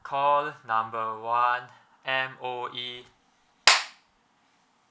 call number one M_O_E